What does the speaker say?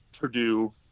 Purdue